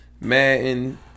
Madden